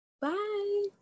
Bye